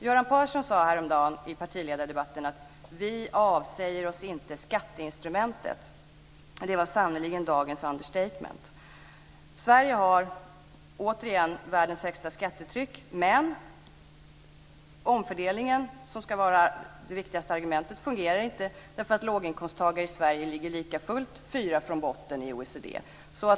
Göran Persson sade häromdagen i partiledardebatten att de inte avsäger sig skatteinstrumentet. Det var sannerligen dagens understatement. Sverige har, återigen, världens högsta skattetryck, men omfördelningen - det viktigaste argumentet - fungerar inte. Låginkomsttagare i Sverige ligger lika fullt fyra från botten i OECD.